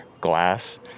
glass